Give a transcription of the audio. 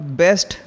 best